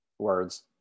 words